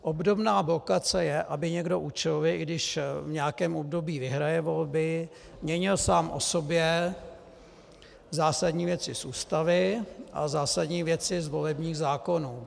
Obdobná blokace je, aby někdo účelově, i když v nějakém období vyhraje volby, měnil sám o sobě zásadní věci z Ústavy a zásadní věci z volebních zákonů.